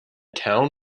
town